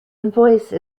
invoice